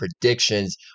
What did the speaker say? predictions